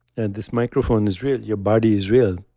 and this microphone is real. your body is real.